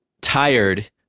tired